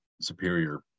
superior